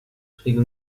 regel